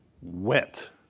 went